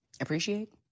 appreciate